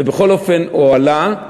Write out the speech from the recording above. ובכל אופן הועלה,